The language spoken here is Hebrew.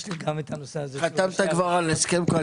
קבלת מכתב כזה ויש לך מצב רוח?